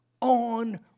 on